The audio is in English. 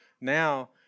now